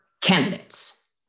candidates